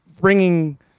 bringing